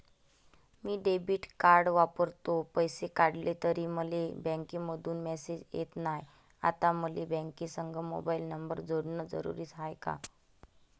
मी debit card वापरतो, पैसे काढले तरी मले बँकेमंधून मेसेज येत नाय, आता मले बँकेसंग मोबाईल नंबर जोडन जरुरीच हाय का?